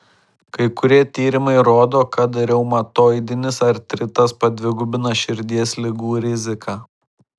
kai kurie tyrimai rodo kad reumatoidinis artritas padvigubina širdies ligų riziką